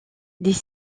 des